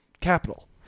capital